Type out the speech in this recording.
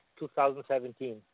2017